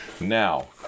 Now